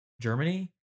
Germany